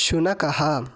शुनकः